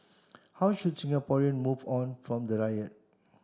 how should Singaporeans move on from the riot